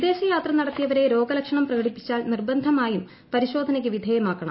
വിദേശ യാത്ര നടത്തിയവരെ രോഗലക്ഷണം പ്രകടിപ്പിച്ചാൽ നിർബന്ധമായും പരിശോധനക്ക് വിധേയമാക്കണം